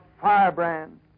firebrand